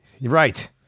Right